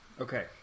Okay